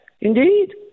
indeed